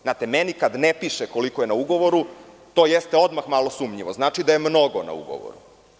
Znate, meni kada ne piše koliko je na ugovoru, to je malo sumnjivo i znači da je mnogo na ugovoru.